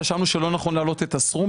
חשבנו שלא נכון להעלות את הסכום,